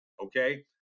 Okay